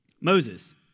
Moses